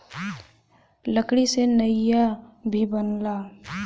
लकड़ी से नइया भी बनला